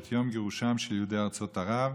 את יום גירושם של יהודי ארצות ערב.